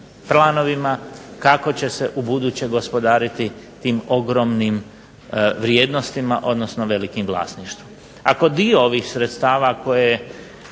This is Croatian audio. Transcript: kako će se ubuduće gospodariti tim ogromnim vrijednostima, odnosno velikim vlasništvom. Ako dio ovih sredstava koje